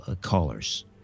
callers